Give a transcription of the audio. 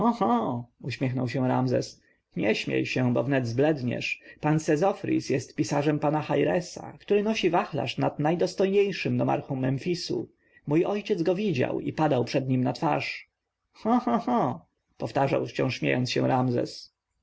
uśmiechnął się ramzes nie śmiej się bo wnet zbledniesz pan sezofris jest pisarzem pana chairesa który nosi wachlarz nad najdostojniejszym nomarchą memfisu mój ojciec go widział i padał przed nim na twarz ho ho ho powtarzał wciąż śmiejąc się ramzes